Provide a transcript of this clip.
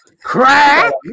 Crack